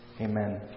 amen